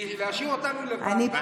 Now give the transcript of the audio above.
להשאיר אותנו לבד,